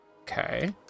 Okay